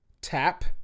tap